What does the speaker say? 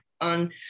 on